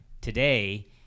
today